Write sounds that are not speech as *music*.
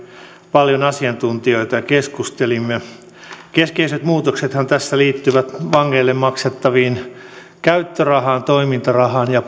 paljon asiantuntijoita ja keskustelimme keskeiset muutoksethan liittyvät vangeille maksettavaan käyttörahaan toimintarahaan ja *unintelligible*